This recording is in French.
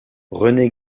renée